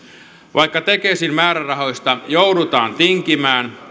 vaikka tekesin määrärahoista joudutaan tinkimään